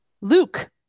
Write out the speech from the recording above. Luke